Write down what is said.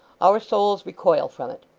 our souls recoil from it.